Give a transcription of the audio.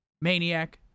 Maniac